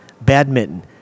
badminton